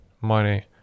money